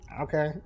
Okay